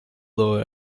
lower